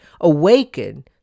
awaken